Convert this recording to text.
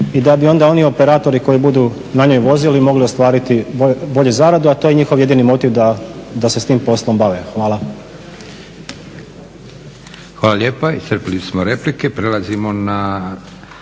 i da bi onda oni operatori koji budu na njoj vozili mogli ostvariti bolju zaradu, a to je njihov jedini motiv da se s tim poslom bave. Hvala.